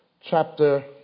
chapter